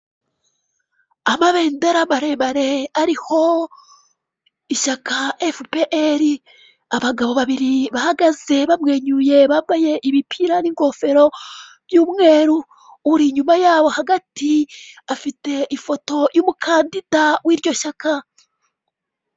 Amabendera barebare ariho ishyaka efuperi abagabo babiri bahagaze bamwenyuye bambaye imipira n'ingofero by'umweru uri inyuma yabo hagati afite ifoto y'umukandida w'iryo shyaka.